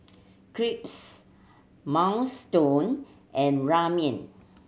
Crepes Minestrone and Ramen